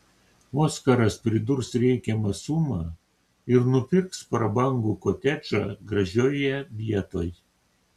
oskaras pridurs reikiamą sumą ir nupirks prabangų kotedžą gražioje vietoj